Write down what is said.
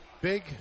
Big